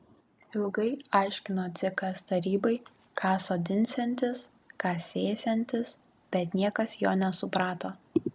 ilgai aiškino dzikas tarybai ką sodinsiantis ką sėsiantis bet niekas jo nesuprato